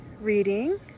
reading